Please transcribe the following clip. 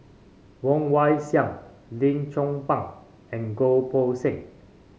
Woon Wah Siang Lim Chong Pang and Goh Poh Seng